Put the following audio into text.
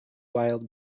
wild